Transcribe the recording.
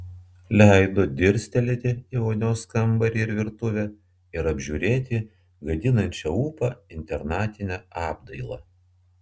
leido dirstelėti į vonios kambarį ir virtuvę ir apžiūrėti gadinančią ūpą internatinę apdailą